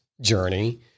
journey